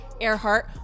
Earhart